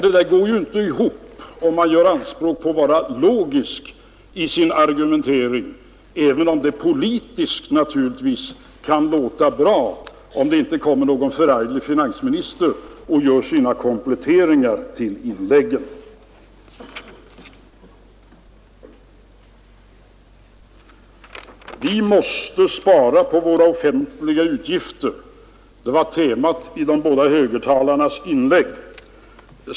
Det där går ju inte ihop, om man gör anspråk på att vara logisk i sin argumentering, även om det politiskt naturligtvis kan låta bra — såvida det inte kommer upp någon förarglig finansminister och gör sina kompletteringar till inläggen. Vi måste spara på våra offentliga utgifter — det var temat i de båda högertalarnas inlägg.